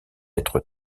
être